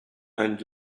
and